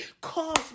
Cause